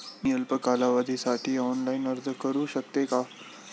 मी अल्प कालावधीसाठी ऑनलाइन अर्ज करू शकते का?